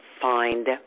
find